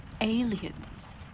Aliens